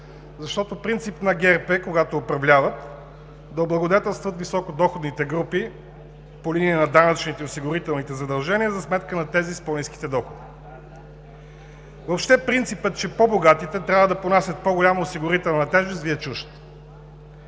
Защото принцип на ГЕРБ е, когато управляват, да облагодетелстват високодоходните групи по линия на данъчните и осигурителните задължения за сметка на тези с по-ниските доходи. Въобще принципът, че по-богатите трябва да понасят по-голяма осигурителна тежест, Ви е чужд.